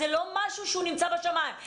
זה לא נמצא בשמים.